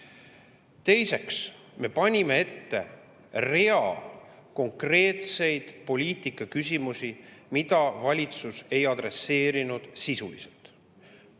Teiseks, me panime ette rea konkreetseid poliitikaküsimusi, mida valitsus ei adresseerinud sisuliselt